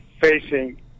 facing